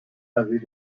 avait